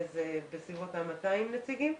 בסביבות 200 נציגים.